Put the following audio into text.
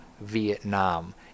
Vietnam